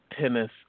Tennis